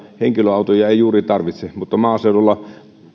henkilöautoja ei juuri tarvitse mutta maaseudulla